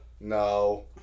No